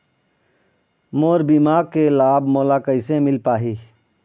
मोर बीमा के लाभ मोला कैसे मिल पाही?